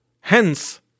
Hence